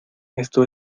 esto